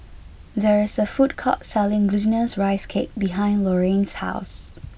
there is a food court selling Glutinous Rice Cake behind Lorayne's house